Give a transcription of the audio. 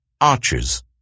Archers